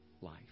life